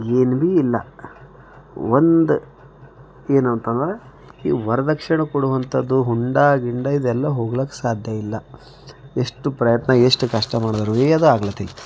ಏನು ಬೀ ಇಲ್ಲ ಒಂದು ಏನಂತಂದ್ರೆ ಈ ವರದಕ್ಷಿಣೆ ಕೊಡುವಂಥದ್ದು ಹುಂಡ ಗಿಂಡ ಇದೆಲ್ಲ ಹೋಗ್ಲಾಕ್ಕೆ ಸಾಧ್ಯ ಇಲ್ಲ ಎಷ್ಟು ಪ್ರಯತ್ನ ಎಷ್ಟು ಕಷ್ಟ ಮಾಡಿದ್ರು ಬೀ ಅದು ಆಗ್ಲಾತ್ತಿ